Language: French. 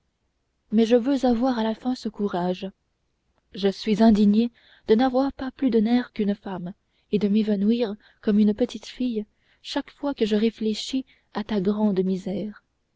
mais je veux avoir à la fin ce courage je suis indigné de n'avoir pas plus de nerfs qu'une femme et de m'évanouir comme une petite fille chaque fois que je réfléchis à ta grande misère